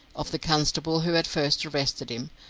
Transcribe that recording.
of the constable who had first arrested him,